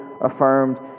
affirmed